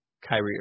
Kyrie